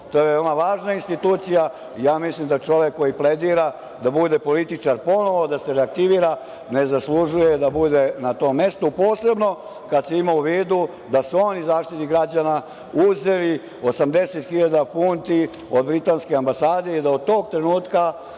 To je veoma važna institucija. Mislim da čovek koji pledira da bude političar ponovo, da se reaktivira, ne zaslužuje da bude na tom mestu, posebno kad se ima u vidu da su on i Zaštitnik građana uzeli 80.000 funti od britanske ambasade i da od tog trenutka